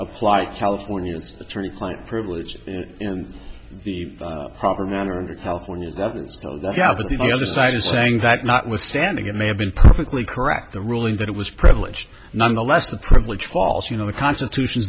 apply california's three client privilege and the proper manner california instead of the other side is saying that notwithstanding it may have been perfectly correct the ruling that it was privileged nonetheless the privilege falls you know the constitution